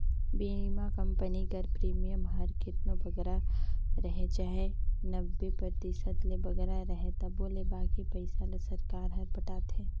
बीमा कंपनी कर प्रीमियम हर केतनो बगरा रहें चाहे नब्बे परतिसत ले बगरा रहे तबो ले बाकी पइसा ल सरकार हर पटाथे